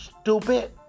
Stupid